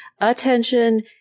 attention